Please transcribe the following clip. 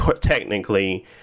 technically